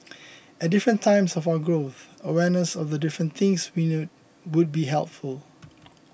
at different times of our growth awareness of the different things we need would be helpful